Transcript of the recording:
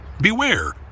Beware